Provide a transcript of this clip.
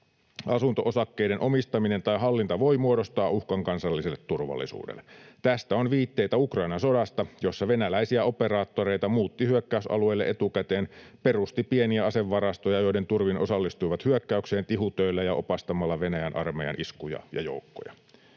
Asunto-osakkeiden omistaminen tai hallinta voi muodostaa uhkan kansalliselle turvallisuudelle. Tästä on viitteitä Ukrainan sodassa, jossa venäläisiä operaattoreita muutti hyökkäysalueelle etukäteen, perusti pieniä asevarastoja, joiden turvin he osallistuivat hyökkäykseen tihutöillä ja opastamalla Venäjän armeijan iskuja ja joukkoja.